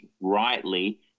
rightly